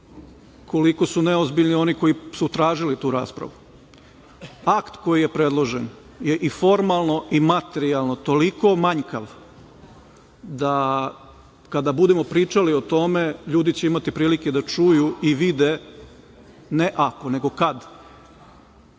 koliko su neozbiljni oni koji su tražili tu raspravu. Akt koji je predložen je i formalno i materijalno toliko manjkav da kada budemo pričali o tome ljudi će imati prilike da čuju i vide…(Srđan